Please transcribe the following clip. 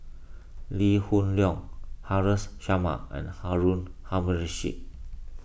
Lee Hoon Leong Haresh Sharma and Harun Aminurrashid